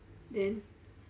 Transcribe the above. then